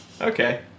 Okay